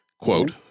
Quote